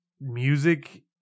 music